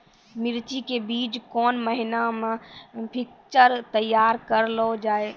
मिर्ची के बीज कौन महीना मे पिक्चर तैयार करऽ लो जा?